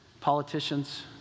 Politicians